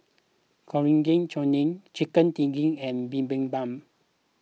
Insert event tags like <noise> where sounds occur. <unintelligible> Chutney Chicken <unintelligible> and Bibimbap